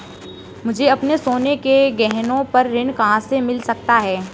मुझे अपने सोने के गहनों पर ऋण कहाँ से मिल सकता है?